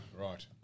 Right